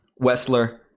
Wessler